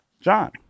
John